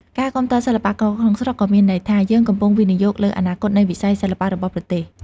ការគាំទ្រសិល្បករក្នុងស្រុកក៏មានន័យថា យើងកំពុងវិនិយោគលើអនាគតនៃវិស័យសិល្បៈរបស់ប្រទេស។